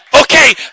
okay